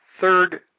third